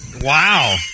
Wow